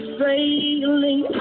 failing